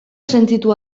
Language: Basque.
sentitu